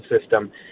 system